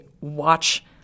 watch